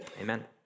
Amen